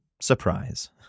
surprise